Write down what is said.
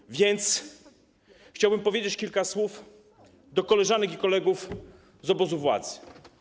Tak więc chciałbym powiedzieć kilka słów do koleżanek i kolegów z obozu władzy.